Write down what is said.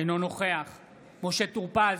אינו נוכח משה טור פז,